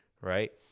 right